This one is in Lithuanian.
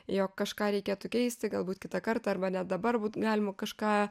jog kažką reikėtų keisti galbūt kitą kartą arba net dabar būt galima kažką